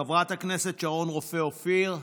חברת הכנסת שרון רופא אופיר.